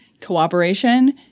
cooperation